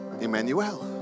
Emmanuel